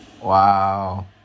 Wow